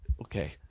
Okay